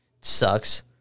Sucks